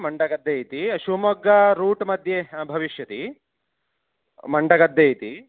मण्डगद्दे इति शिव्मोग्गा रूट्मध्ये भविष्यति मण्डगद्दे इति